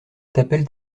t’appelles